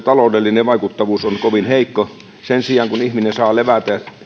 taloudellinen vaikuttavuus on kovin heikko sen sijaan kun ihminen saa levätä ja